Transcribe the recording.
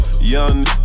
Young